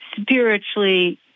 spiritually